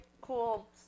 cool